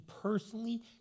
personally